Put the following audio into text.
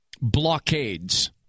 blockades